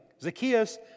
Zacchaeus